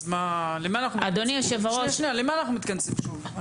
אז למה אנחנו מתכנסים שוב?